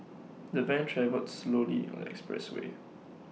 the van travelled slowly on the expressway